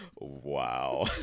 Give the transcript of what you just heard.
Wow